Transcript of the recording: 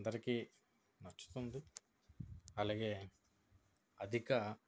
అందరికి నచ్చుతుంది అలాగే అధిక